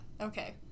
Okay